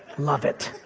love it.